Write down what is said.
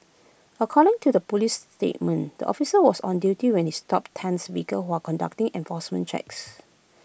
according to A Police statement the officer was on duty when he stopped Tan's vehicle while conducting enforcement checks